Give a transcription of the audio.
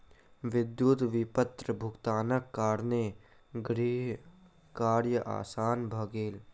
विद्युत विपत्र भुगतानक कारणेँ ग्राहकक कार्य आसान भ गेल